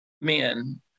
men